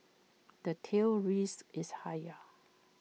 the tail risk is higher